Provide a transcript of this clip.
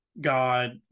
god